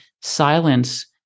silence